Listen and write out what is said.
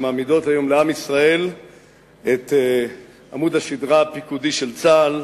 שמעמידות היום לעם ישראל את עמוד השדרה הפיקודי של צה"ל.